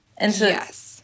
Yes